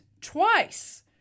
twice